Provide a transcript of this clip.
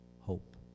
hope